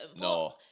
no